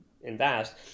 invest